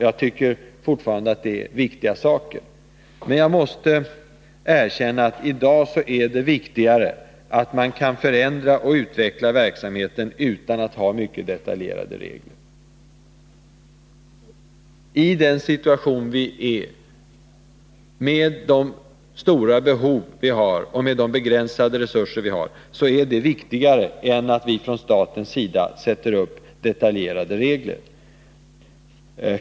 Jag tycker fortfarande att det är viktiga saker. Men jag måste erkänna att det i dag är viktigare att man kan förändra och utveckla verksamheten. I dagens situation, med de stora behov och de begränsade resurser som vi har, är detta viktigare än att vi från statens sida sätter upp detaljerade regler.